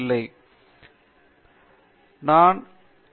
பேராசிரியர் அரிந்தமா சிங் அது இல்லை பேராசிரியர் பிரதாப் ஹரிதாஸ் சரி